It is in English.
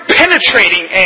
penetrating